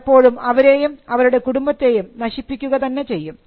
പലപ്പോഴും അവരെയും അവരുടെ കുടുംബത്തെയും നശിപ്പിക്കുക തന്നെ ചെയ്യും